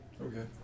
Okay